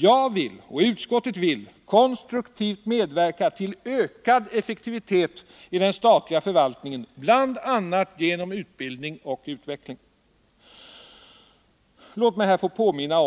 Jag vill, och utskottet vill, konstruktivt medverka till ökad effektivitet i den statliga förvaltningen bl.a. genom utbildning och utveckling. Låt mig här få påminna